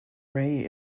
ray